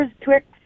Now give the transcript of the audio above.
Twix